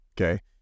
Okay